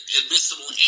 admissible